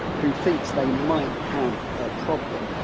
who thinks they might have a problem,